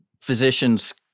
physicians